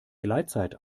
gleitzeit